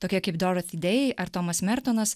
tokie kaip doroty dey ar tomas mertonas